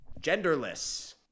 genderless